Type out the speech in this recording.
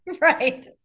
right